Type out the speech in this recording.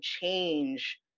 change